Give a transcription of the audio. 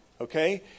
okay